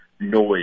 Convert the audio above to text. noise